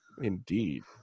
Indeed